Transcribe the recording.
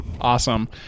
Awesome